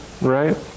right